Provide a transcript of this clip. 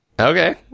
okay